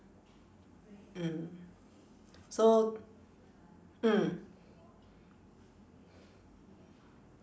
mm so mm